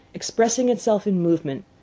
expressing itself in movement,